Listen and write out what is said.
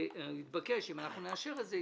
אם נאשר את זה,